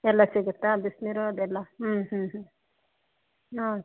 ಎಲ್ಲ ಸಿಗುತ್ತಾ ಬಿಸಿನೀರು ಅದೆಲ್ಲ ಹ್ಞೂ ಹ್ಞೂ ಹ್ಞೂ ಹಾಂ